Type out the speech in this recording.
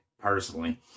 personally